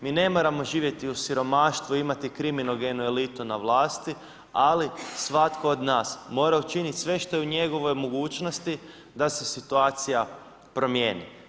Mi ne moramo živjeti u siromaštvu, imati kriminogenu elitu na vlasti, ali svatko od nas mora učinit sve što je u njegovoj mogućnosti da se situacija promijeni.